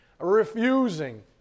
refusing